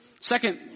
Second